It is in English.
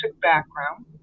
background